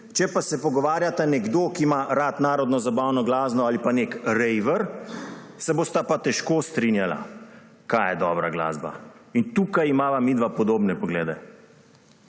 Če pa se pogovarjata nekdo, ki ima rad narodnozabavno glasbo, in pa nek rejver, se bosta pa težko strinjala, kaj je dobra glasba.« In tukaj imava midva podobne poglede.